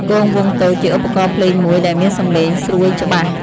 គងវង់តូច ជាឧបករណ៍ភ្លេងមួយដែលមានសំឡេងស្រួយ ច្បាស់។